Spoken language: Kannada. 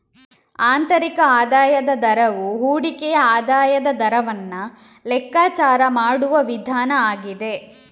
ಆಂತರಿಕ ಆದಾಯದ ದರವು ಹೂಡಿಕೆಯ ಆದಾಯದ ದರವನ್ನ ಲೆಕ್ಕಾಚಾರ ಮಾಡುವ ವಿಧಾನ ಆಗಿದೆ